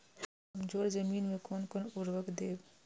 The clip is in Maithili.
कमजोर जमीन में कोन कोन उर्वरक देब?